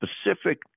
specific